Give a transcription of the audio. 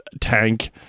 tank